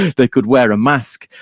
they could wear a mask.